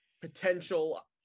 potential